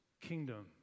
kingdom